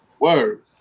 Word